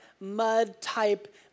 mud-type